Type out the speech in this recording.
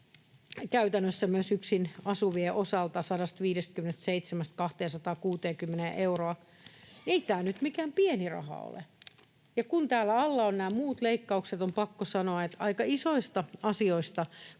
käytännössä myös yksin asuvien osalta 157—260 euroa, ei tämä nyt mikään pieni raha ole, ja kun täällä alla ovat nämä muut leikkaukset, on pakko sanoa, että aika isoista asioista